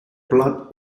plante